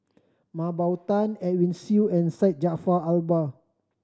Mah Bow Tan Edwin Siew and Syed Jaafar Albar